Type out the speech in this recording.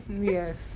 Yes